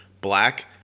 black